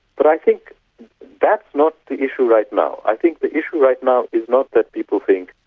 but i think that's not the issue right now. i think the issue right now is not that people think